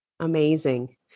Amazing